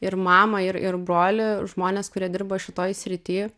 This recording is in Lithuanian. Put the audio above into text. ir mamą ir ir brolį žmones kurie dirba šitoj srity